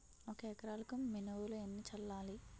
ఒక ఎకరాలకు మినువులు ఎన్ని చల్లాలి?